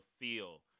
feel